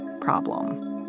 problem